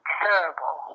terrible